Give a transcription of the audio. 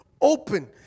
open